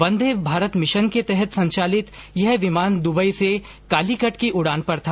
वंदे Bharat mission के तहत संचालित यह विमान दुबई से कालिकट की उडान पर था